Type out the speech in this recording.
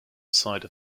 side